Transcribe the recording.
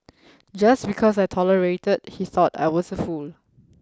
just because I tolerated he thought I was a fool